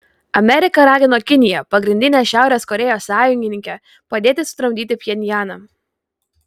amerika ragino kiniją pagrindinę šiaurės korėjos sąjungininkę padėti sutramdyti pchenjaną